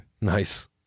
Nice